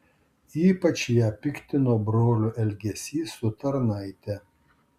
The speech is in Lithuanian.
ypač ją piktino brolio elgesys su tarnaite